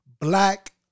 black